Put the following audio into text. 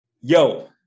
yo